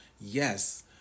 yes